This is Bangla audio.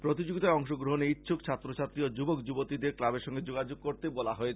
প্রতিযোগীতায় অংশ গ্রহনে ইচ্ছুক ছাত্র ছাত্রি ও যুবক যুবতীদের ক্লাবের সঙ্গে যোগাযোগ করতে বলা হয়েছে